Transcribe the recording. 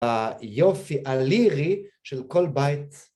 היופי הלירי של כל בית.